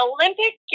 Olympic